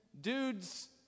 dudes